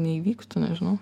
neįvyktų nežinau